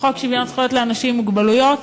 לחוק שוויון זכויות לאנשים עם מוגבלות,